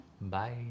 Bye